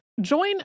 Join